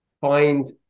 find